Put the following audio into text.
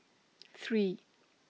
three